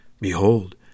Behold